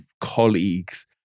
colleagues